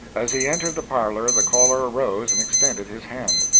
as he entered the parlor the caller arose and extended his hand.